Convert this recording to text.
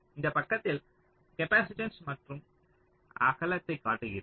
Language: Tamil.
இந்த பக்கத்தில் கேப்பாசிட்டன்ஸ் மற்றும் அகலத்தை காட்டுகிறோம்